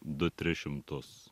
du tris šimtus